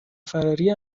فراری